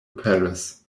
paris